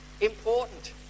important